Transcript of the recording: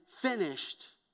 finished